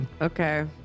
Okay